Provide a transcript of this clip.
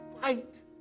Fight